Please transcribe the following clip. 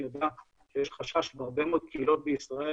יודע שיש חשש בהרבה מאוד קהילות בישראל